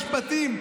לא, אני לא סיימתי.